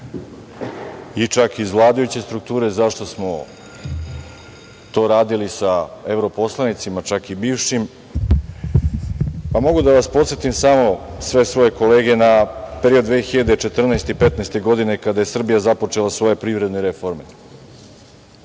i čak iz vladajuće strukture zašto smo to radili sa evroposlanicima, čak i bivšim. Pa, sve svoje kolege mogu da vas podsetim samo na period 2014. i 2015. godine, kada je Srbija započela svoje privredne reforme.